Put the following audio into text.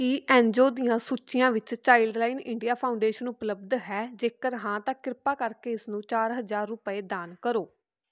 ਕੀ N G O ਦੀਆਂ ਸੂਚੀਆਂ ਵਿੱਚ ਚਾਈਲਡਲਾਈਨ ਇੰਡੀਆ ਫਾਊਡੇਸ਼ਨ ਉਪਲੱਬਧ ਹੈ ਜੇਕਰ ਹਾਂ ਤਾਂ ਕਿਰਪਾ ਕਰਕੇ ਇਸ ਨੂੰ ਚਾਰ ਹਜ਼ਾਰ ਰੁਪਏ ਦਾਨ ਕਰੋ